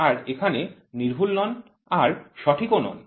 আর এখানে সূক্ষ্ম নন আর সঠিকও নন